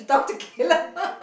talk to Caleb